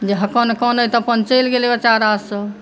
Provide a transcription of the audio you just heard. जे हकन कनैत अपन चलि गेलै बेचारा सभ